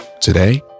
Today